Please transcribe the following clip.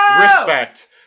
Respect